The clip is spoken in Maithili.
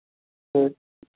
ठीक